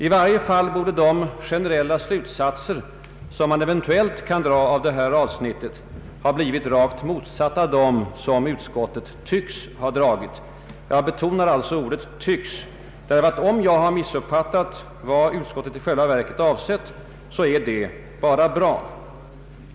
I varje fall borde de generella slutsatser som man eventuellt kan dra av detta avsnitt ha blivit rakt motsatta dem som utskottet tycks ha dragit. Jag betonar ordet ”tycks”, för om jag missuppfattat vad utskottet i själva verket har avsett, så är det bara bra.